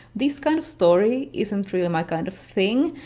this kind of story isn't really my kind of thing,